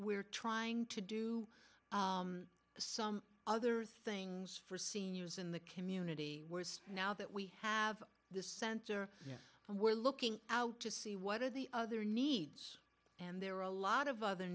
we're trying to do some other things for seniors in the community worst now that we have the center and we're looking out to see what are the other needs and there are a lot of other